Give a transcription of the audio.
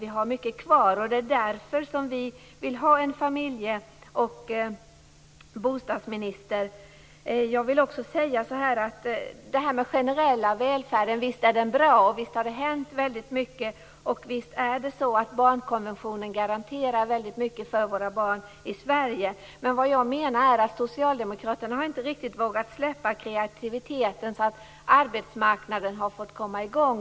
Där har vi mycket kvar, och det är därför vi vill ha en familje och bostadsminister. Jag vill också säga något om den generella välfärden. Visst är den bra. Visst har det hänt väldigt mycket. Visst garanterar barnkonventionen väldigt mycket för våra barn i Sverige. Men vad jag menar är att socialdemokraterna inte riktigt har vågat släppa loss kreativiteten så att arbetsmarknaden har fått komma i gång.